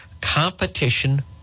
Competition